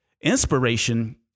Inspiration